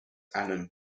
alan